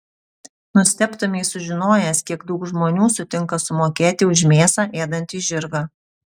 nustebtumei sužinojęs kiek daug žmonių sutinka sumokėti už mėsą ėdantį žirgą